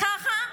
ככה?